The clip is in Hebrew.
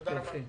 תודה רבה.